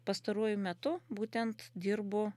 pastaruoju metu būtent dirbu